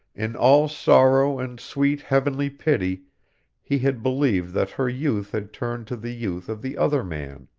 in all sorrow and sweet heavenly pity he had believed that her youth had turned to the youth of the other man.